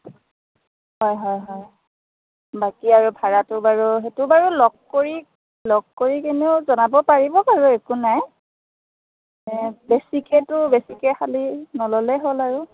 হয় হয় হয় বাকী আৰু ভাড়াটো বাৰু সেইটো বাৰু লগ কৰি লগ কৰিকেনেও জনাব পাৰিব বাৰু একো নাই এ বেছিকৈতো বেছিকৈ খালী নল'লেই হ'ল আৰু